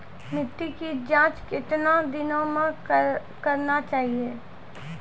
मिट्टी की जाँच कितने दिनों मे करना चाहिए?